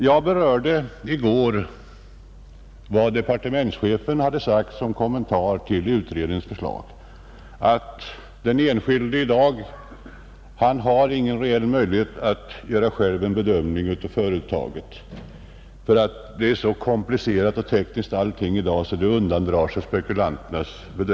Jag berörde i går vad departementschefen sagt som kommentar till utredningens förslag, nämligen att den enskilde i dag inte har någon reell möjlighet att själv göra en bedömning av företaget, eftersom det hela är för tekniskt och komplicerat för spekulanterna.